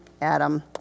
Adam